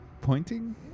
Pointing